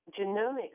genomics